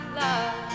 love